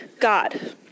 God